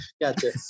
gotcha